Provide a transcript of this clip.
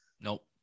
nope